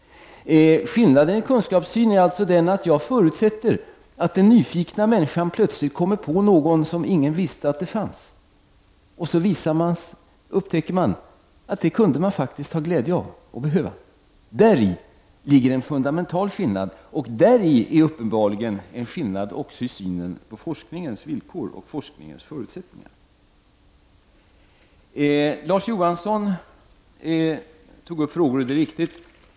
Skillnaden i kunskapssyn är alltså att jag förutsätter att den nyfikna människan plötsligt kommer på något som ingen visste att det fanns, och då upptäcker man att man faktiskt kunde ha glädje av detta och behöva det. Däri ligger en fundamental skillnad och uppenbarligen också i synen på forskningens villkor och förutsättningar.